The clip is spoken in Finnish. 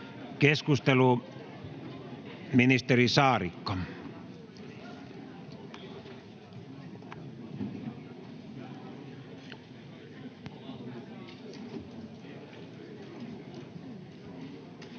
Keskustelu, ministeri Saarikko.